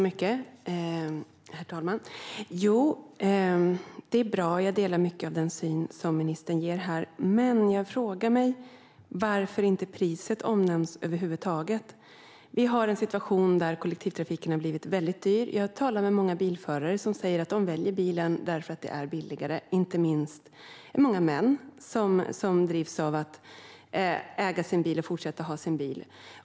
Herr talman! Jag delar mycket av ministerns syn på detta. Men jag frågar mig varför priset inte omnämns. Vi har en situation där kollektivtrafiken har blivit väldigt dyr. Många bilförare säger att de väljer bilen för att det är billigare. Inte minst gäller det många män som vill äga sin bil och fortsätta att ha bil.